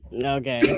Okay